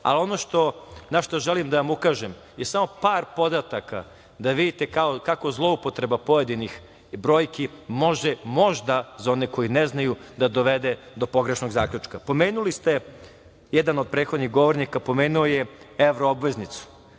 89%.Ono što želim da vam ukažem je samo par podataka da vidite kako zloupotreba pojedinih brojki može možda za one koji ne znaju da dovede do pogrešnog zaključka. Pomenuli ste, jedan od prethodnih govornika je pomenuo je evroobveznicu.